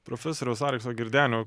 profesoriaus alekso girdenio